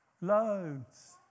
loads